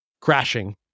crashing